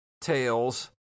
tails